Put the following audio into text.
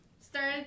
started